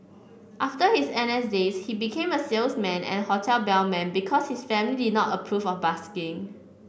after his N S days he became a salesman and hotel bellman because his family did not approve of busking